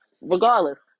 regardless